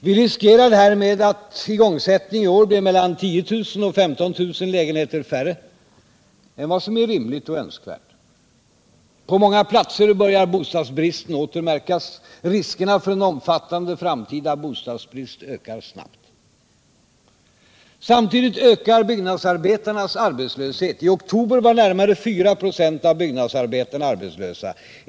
Vi riskerar härmed att igångsättningen i år blir mellan 10 000 och 15 000 lägenheter färre än vad som är rimligt och önskvärt. På många platser börjar bostadsbristen åter märkas. Riskerna för en omfattande framtida bostadsbrist ökar snabbt. Samtidigt ökar byggnadsarbetarnas arbetslöshet. I oktober var närmare 4 96 av byggnadsarbetarna arbetslösa.